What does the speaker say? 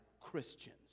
Christians